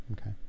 okay